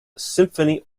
symphony